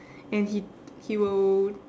and he he will